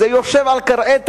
זה יושב על כרעי תרנגולת,